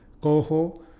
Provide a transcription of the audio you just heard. coho